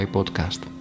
Podcast